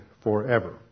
forever